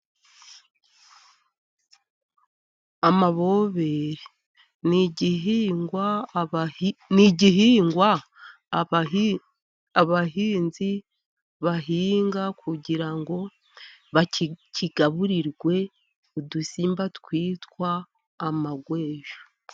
Amabobere ni igihingwa, ni igihingwa abahinzi bahinga, kugira ngo kigaburirwe udusimba twitwa amagweja.